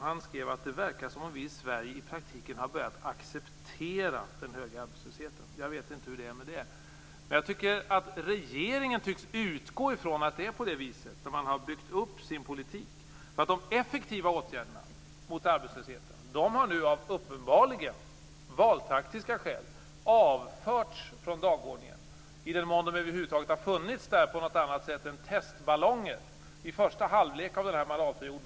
Han skrev att det verkar som om vi i Sverige i praktiken har börjat acceptera den höga arbetslösheten. Jag vet inte hur det är med det, men regeringen tycks utgå från att det är på det viset när man har byggt upp sin politik. De effektiva åtgärderna mot arbetslösheten har nu av uppenbarligen valtaktiska skäl avförts från dagordningen, i den mån de över huvud taget har funnits där i någon annan form än som testballonger i första halvlek under mandatperioden.